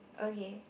okay